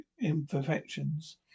imperfections